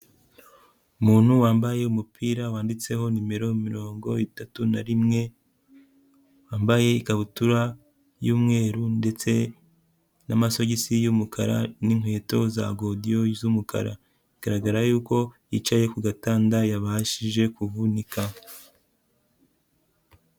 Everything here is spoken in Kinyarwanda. Umuntu wambaye umupira wanditseho nimero mirongo itatu na rimwe, wambaye ikabutura y'umweru ndetse n'amasogisi y'umukara n'inkweto za godiyo z'umukara. Bigaragara yuko yicaye ku gatanda, yabashije kuvunika.